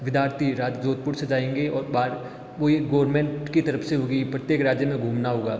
विद्यार्थी राज़ जोधपुर से जाएंगे और बाढ़ कोई गोर्मेंट की तरफ़ से होगी प्रत्येक राज्य में घूमना होगा